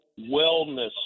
wellness